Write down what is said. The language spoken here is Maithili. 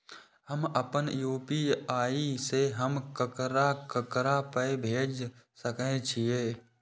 हम आपन यू.पी.आई से हम ककरा ककरा पाय भेज सकै छीयै?